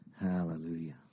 Hallelujah